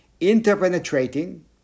interpenetrating